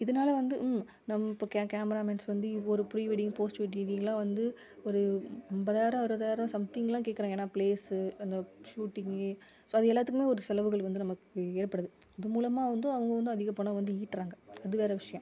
இதனால வந்து நம்ம இப்போ கேமராமேன்ஸ் வந்து ஒரு ப்ரீ வெட்டிங் போஸ்ட்டு வெட்டிங் இதுக்கெல்லாம் வந்து ஒரு ஐம்பதாயிரம் அறுபதாயிரம் சம்திங்லாம் கேக்கிறாங்க ஏன்னா ப்ளேஸ்ஸு அந்த ஷூட்டிங்கு ஸோ அது எல்லாத்துக்குமே ஒரு செலவுகள் வந்து நமக்கு ஏற்படுது இது மூலமாக வந்து அவங்க வந்து அதிகப் பணம் வந்து ஈட்டுறாங்க அது வேறு விஷயம்